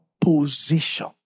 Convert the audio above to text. position